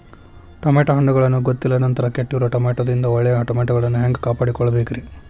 Tomato ಹಣ್ಣುಗಳನ್ನ ಗೊತ್ತಿಲ್ಲ ನಂತರ ಕೆಟ್ಟಿರುವ ಟಮಾಟೊದಿಂದ ಒಳ್ಳೆಯ ಟಮಾಟೊಗಳನ್ನು ಹ್ಯಾಂಗ ಕಾಪಾಡಿಕೊಳ್ಳಬೇಕರೇ?